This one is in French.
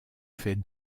fais